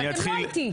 אתם לא איתי.